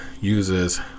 uses